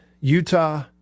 Utah